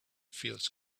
feels